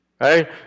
Right